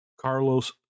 Carlos